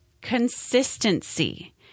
consistency